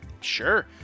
Sure